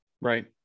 Right